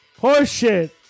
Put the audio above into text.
Horseshit